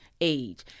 age